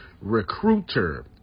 recruiter